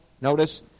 notice